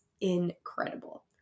incredible